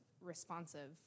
responsive